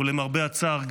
ולמרבה הצער,